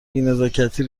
بینزاکتی